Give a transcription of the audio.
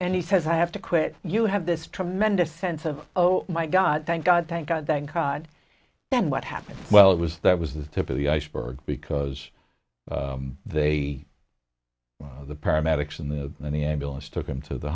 and he says i have to quit you have this tremendous sense of oh my god thank god thank god thank god then what happened well it was that was the tip of the iceberg because they were the paramedics in the in the ambulance took him to the